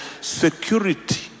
Security